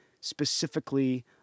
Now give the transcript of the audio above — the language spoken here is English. specifically